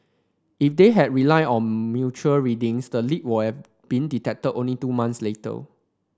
if they had relied on mutual readings the leak will have been detected only two months later